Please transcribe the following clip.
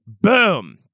Boom